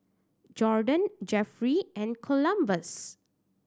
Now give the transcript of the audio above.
Jorden Jefferey and Columbus